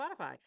Spotify